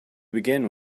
begin